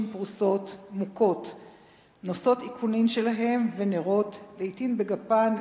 פחוסות/ מוכות/ נושאות איקונין שלהן/ ונרות/ לעתים בגפן,